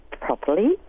properly